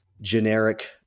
generic